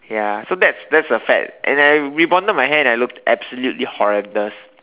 ya so that's that's a fad and I rebonded my hair and I looked absolutely horrendous